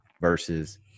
versus